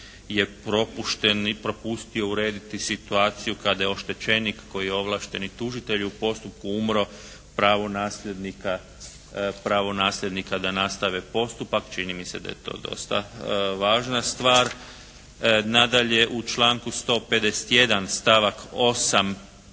i propustio urediti situaciju kada je oštećenik koji je ovlaštenik tužitelju u postupku umro, pravo nasljednika da nastave postupak. Čini mi se da je to dosta važna stvar. Nadalje u članku 151. stavak 8.